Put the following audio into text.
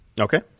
Okay